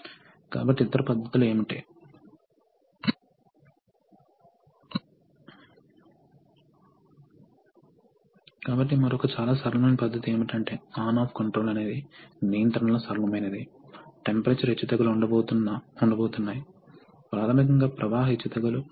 మరియు కంప్రెషన్ స్ట్రోక్లో మీరు గాలి యొక్క వాల్యూమ్ను అధిక ప్రెషర్ పోర్టు కు నెట్టివేస్తున్నారు మరియు ఈ సకింగ్ మరియు కంప్రెస్సింగ్ వాస్తవానికి వాల్వ్ యొక్క సమితి ద్వారా నిర్దేసించబడుతుంది